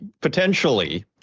potentially